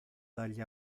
dagli